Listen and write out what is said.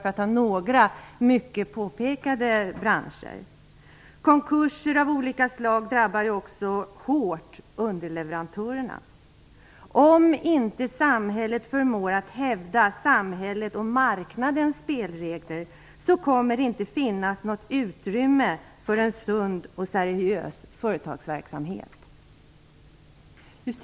Det är bara några exempel på sådana här branscher. Konkurser av olika slag drabbar också underleverantörerna hårt. Om inte samhället förmår hävda samhällets och marknadens spelregler kommer det inte att finnas något utrymme för en sund och seriös företagsverksamhet.